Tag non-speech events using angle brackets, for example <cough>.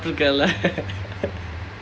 <noise>